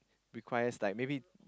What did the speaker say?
requires like maybe